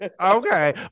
okay